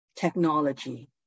technology